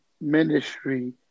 ministry